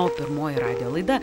o pirmoji radijo laida